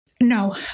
No